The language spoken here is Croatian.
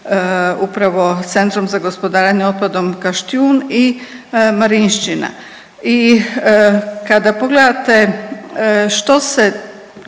upravo Centrom za gospodarenje otpadom Kaštijun i Marišćina i kada pogledate što se